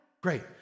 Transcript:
Great